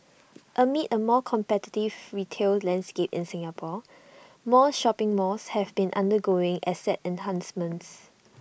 amid A more competitive retail landscape in Singapore more shopping malls have been undergoing asset enhancements